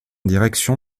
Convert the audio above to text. direction